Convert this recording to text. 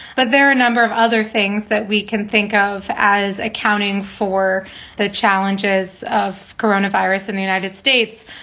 but there are a number of other things that we can think of as accounting for the challenges of coronavirus in the united states.